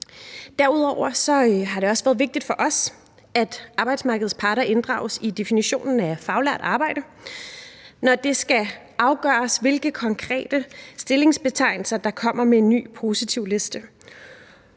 Derudover har det også været vigtigt for os, at arbejdsmarkedets parter inddrages i definitionen af faglært arbejde, når det skal afgøres, hvilke konkrete stillingsbetegnelser der kommer med på en ny positivliste.